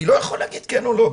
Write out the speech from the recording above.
אני לא יכול להגיד כן או לא.